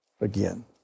again